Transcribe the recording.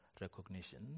recognition